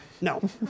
No